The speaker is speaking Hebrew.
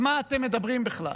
על מה אתם מדברים בכלל?